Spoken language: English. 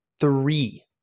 three